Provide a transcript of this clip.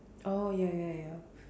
oh ya ya ya